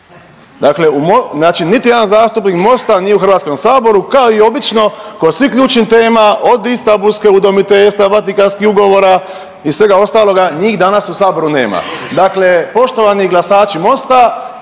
znači niti jedan zastupnik MOST-a nije u Hrvatskom saboru kao i obično kod svih ključnih tema od Istanbulske, udomiteljstva, Vatikanskih ugovora i svega ostaloga, njih danas u saboru nema. Dakle, poštovani glasači MOST-a